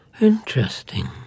Interesting